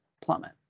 plummet